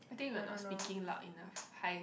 I think we were not speaking loud enough hi